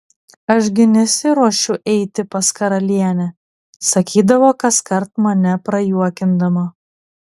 aš gi nesiruošiu eiti pas karalienę sakydavo kaskart mane prajuokindama